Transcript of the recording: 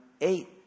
eight